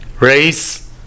race